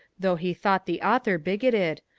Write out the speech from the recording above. though he thought the author bigoted,